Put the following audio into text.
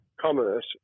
commerce